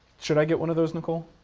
should i get one of those, nicole?